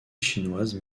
chinoise